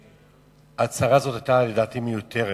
ההצהרה הזאת לדעתי היתה מיותרת.